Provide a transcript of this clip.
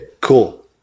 cool